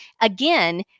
Again